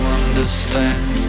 understand